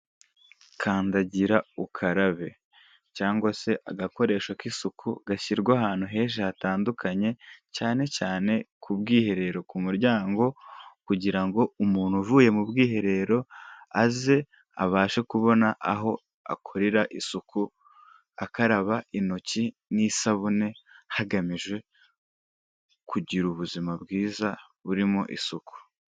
Kandagira ukarabe cyangwa se agakoresho k'isuku gashyirwa ahantu henshi hatandukanye, cyane cyane k'ubwiherero ku muryango kugira ngo umuntu uvuye mu bwiherero aze abashe kubona aho akorera isuku, akaraba intoki n'isabune hagamijwe kugira ubuzima bwiza burimo isuku.